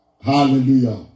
Hallelujah